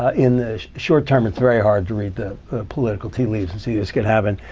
in the short term it's very hard to read the political tea leaves and see this can happen.